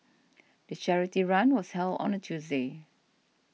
the charity run was held on a Tuesday